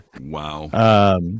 Wow